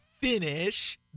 finish